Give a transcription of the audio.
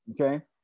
Okay